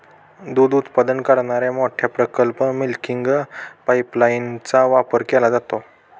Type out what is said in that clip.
दूध उत्पादन करणाऱ्या मोठ्या प्रकल्पात मिल्किंग पाइपलाइनचा वापर केला जातो